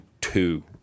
two